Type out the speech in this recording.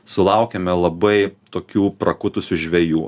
sulaukiame labai tokių prakutusių žvejų